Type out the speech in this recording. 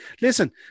Listen